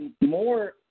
more